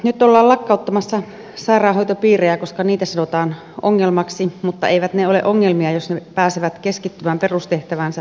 nyt ollaan lakkauttamassa sairaanhoitopiirejä koska niitä sanotaan ongelmaksi mutta eivät ne ole ongelmia jos ne pääsevät keskittymään perustehtäväänsä elikkä erikoissairaanhoitoon